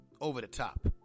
over-the-top